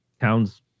towns